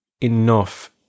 enough